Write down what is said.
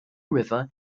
river